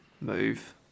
move